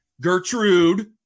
Gertrude